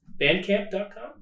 bandcamp.com